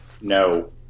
No